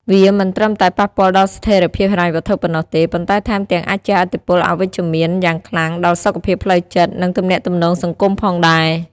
វាមិនត្រឹមតែប៉ះពាល់ដល់ស្ថិរភាពហិរញ្ញវត្ថុប៉ុណ្ណោះទេ ប៉ុន្តែថែមទាំងអាចជះឥទ្ធិពលអវិជ្ជមានយ៉ាងខ្លាំងដល់សុខភាពផ្លូវចិត្ត និងទំនាក់ទំនងសង្គមផងដែរ។